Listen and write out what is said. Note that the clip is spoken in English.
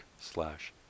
slash